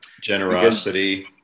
Generosity